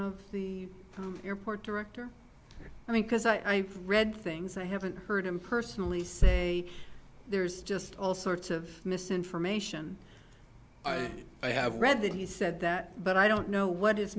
airport director i mean because i read things i haven't heard him personally say there's just all sorts of misinformation i have read that he said that but i don't know what is